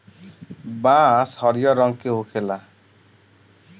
बांस हरियर रंग के होखेला